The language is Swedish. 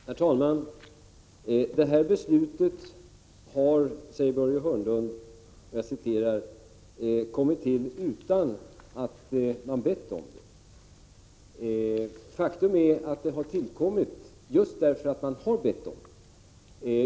Herr talman! Börje Hörnlund säger att detta beslut har fattats utan att någon har bett om det. Faktum är att det har fattats just på grund av att man har bett om det.